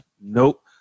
Nope